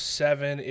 seven